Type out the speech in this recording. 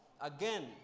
again